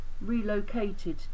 relocated